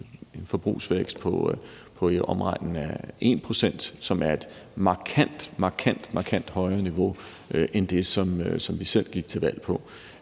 en forbrugsvækst på i omegnen af 1 pct., som er et markant – markant – højere niveau end det, som vi selv gik til valg på.